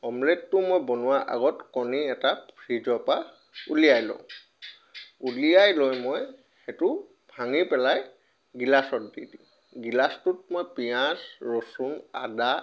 অমলেটটো মই বনোৱা আগত কণী এটা মই ভিতৰৰ পা উলিয়াই লওঁ উলিয়াই লৈ মই সেইটো ভাঙি পেলাই গিলাছত দিওঁ গিলাছটোত মই পিঁয়াজ ৰচুন আদা